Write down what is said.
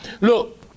Look